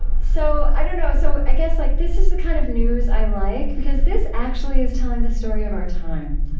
so i don't know, so i guess like this is the kind of news i like, because this actually is telling the story of our time.